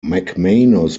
mcmanus